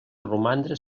romandre